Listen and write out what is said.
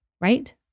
right